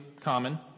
common